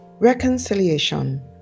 Reconciliation